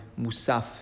Musaf